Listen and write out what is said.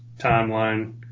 timeline